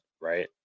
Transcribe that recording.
right